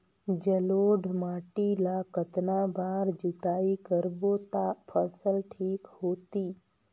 जलोढ़ माटी ला कतना बार जुताई करबो ता फसल ठीक होती?